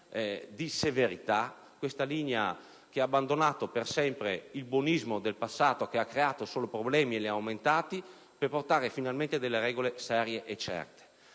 di severità, questa linea che ha abbandonato per sempre il buonismo del passato che ha creato solo problemi e li ha aumentati, per portare finalmente delle regole serie e certe.